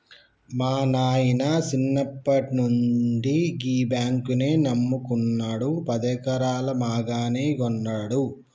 మా నాయిన సిన్నప్పట్నుండి గీ బాంకునే నమ్ముకున్నడు, పదెకరాల మాగాని గొన్నడు